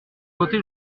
voté